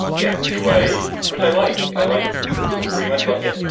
yes, do i? which i like. i like pretty much like it.